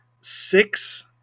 Six